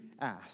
ask